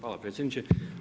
Hvala predsjedniče.